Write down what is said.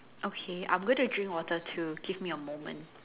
okay I'm going to drink water too give me a moment